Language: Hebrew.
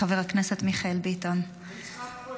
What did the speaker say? לחבר הכנסת מיכאל ביטון -- ויצחק קרויזר.